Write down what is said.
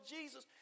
Jesus